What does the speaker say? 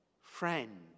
friend